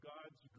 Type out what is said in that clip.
God's